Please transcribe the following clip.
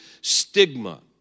stigma